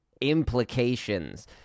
implications